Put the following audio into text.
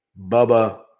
Bubba